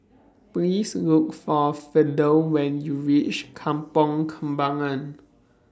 Please Look For Fidel when YOU REACH Kampong Kembangan